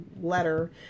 letter